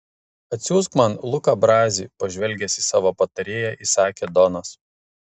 atsiųsk man luką brazį pažvelgęs į savo patarėją įsakė donas